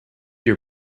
your